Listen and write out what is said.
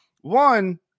One